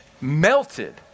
melted